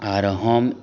आर हम